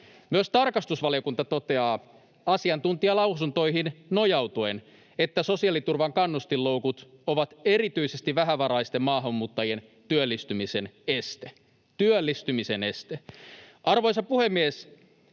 Myös tarkastusvaliokunta toteaa asiantuntijalausuntoihin nojautuen, että sosiaaliturvan kannustinloukut ovat erityisesti vähävaraisten maahanmuuttajien työllistymisen este — työllistymisen